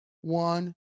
one